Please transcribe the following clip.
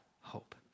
hope